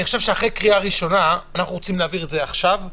אנחנו רוצים להעביר את זה עכשיו.